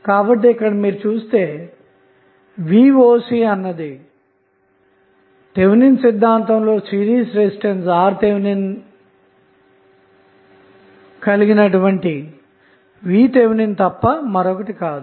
కాబట్టి ఇక్కడ మీరు చుస్తే voc అన్నది థెవెనిన్ సిద్ధాంతం లో సిరీస్ రెసిస్టెన్స్ RThకలిగిన VThతప్ప మరొకటి కాదు